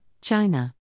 China